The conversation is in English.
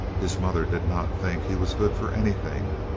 his mother did not think he was good for anything.